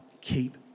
keep